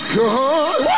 God